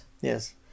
Yes